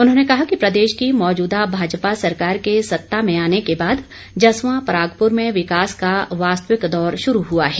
उन्होंने कहा कि प्रदेश की मौजूदा भाजपा सरकार के सत्ता में आने के बाद जसवां परागपुर में विकास का वास्तविक दौर शुरू हुआ है